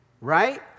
right